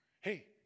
Hey